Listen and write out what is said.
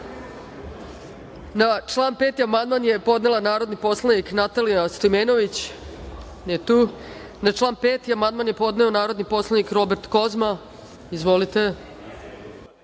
član 5. amandman je podnela narodni poslanik Natalija Stojmenović. Nije tu. Na član 5. amandman je podneo narodni poslanik Robert Kozma. Izvolite.